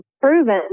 proven